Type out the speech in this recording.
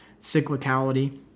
cyclicality